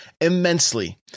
immensely